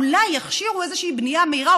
אולי יכשירו איזושהי בנייה מהירה,